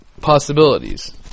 possibilities